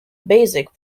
basic